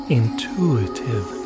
intuitive